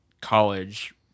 college